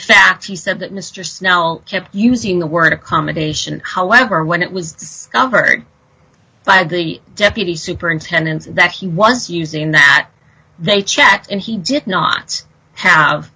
fact he said that mr snell kept using the word accommodation however when it was discovered by a the deputy superintendent that he was using that they checked and he did not have